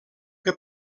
que